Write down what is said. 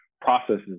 processes